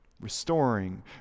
restoring